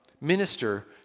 minister